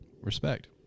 respect